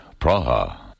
Praha